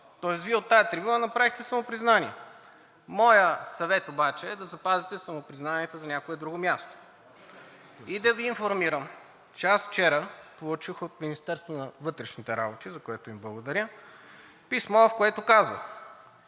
Тоест Вие от тази трибуна направихте самопризнание. Моят съвет обаче е да запазите самопризнанията за някое друго място. И да Ви информирам, че аз вчера получих от Министерството на вътрешните работи, за което им благодаря, писмо, в което казват: